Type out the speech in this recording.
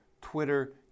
Twitter